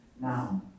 now